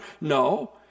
No